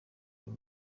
uyu